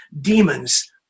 demons